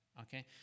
okay